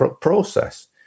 process